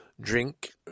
drink